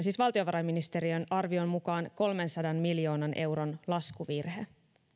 siis valtiovarainministeriön arvion mukaan kolmensadan miljoonan euron laskuvirhe